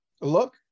look